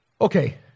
Okay